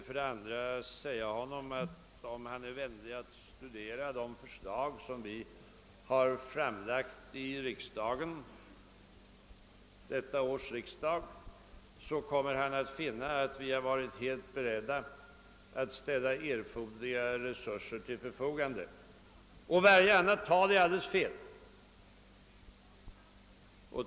För det andra vill jag säga att om herr Brandt är vänlig och studerar de förslag som vi har framlagt vid innevarande års riksdag kommer han att finna att vi har varit beredda att ställa erforderliga resurser till förfogande. Allt annat tal är alldeles felaktigt!